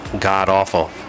god-awful